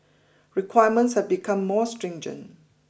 requirements have become more stringent